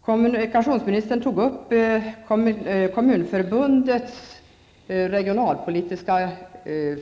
Kommunförbundets regionalpolitiska